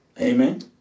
Amen